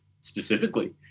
specifically